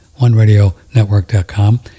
oneradionetwork.com